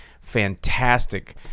fantastic